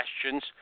questions